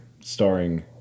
starring